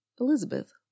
Elizabeth